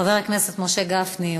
חבר הכנסת משה גפני,